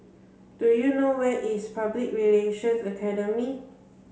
do you know where is Public Relations Academy